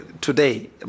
today